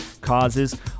causes